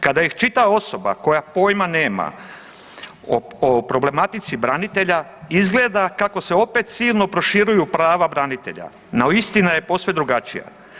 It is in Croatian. Kada ih čita osoba koja pojma nema o problematici branitelja, izgleda kako se opet silno proširuju prava branitelja, no istina je posve drugačija.